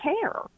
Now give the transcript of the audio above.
care